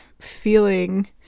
feeling